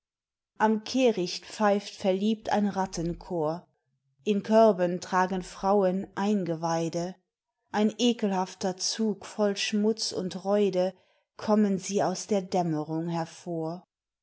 am kehricht pfeift verliebt ein rattenchor in körben tragen frauen eingeweide ein ekelhafter zug voll schmutz und räude kommen sie aus der dämmerung hervor